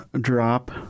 drop